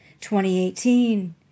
2018